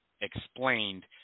explained